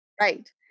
Right